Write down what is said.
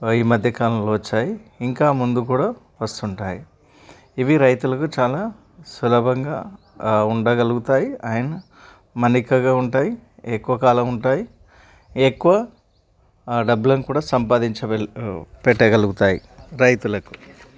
ఈ మధ్య కాలంలో వచ్చాయి ఇంకా ముందు కూడా వస్తుంటాయి ఇవి రైతులకి చాలా సులభంగా ఉండగలుగుతాయి అండ్ మన్నికగా ఉంటాయి ఎక్కువ కాలం ఉంటాయి ఎక్కువ డబ్బులను కూడా సంపాదించ వెల్ పెట్టగలుగుతాయి రైతులకు